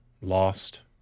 lost